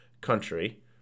country